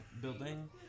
building